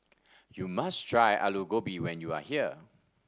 you must try Aloo Gobi when you are here